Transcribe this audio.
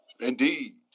indeed